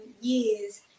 years